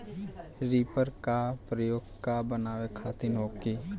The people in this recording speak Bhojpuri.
रिपर का प्रयोग का बनावे खातिन होखि?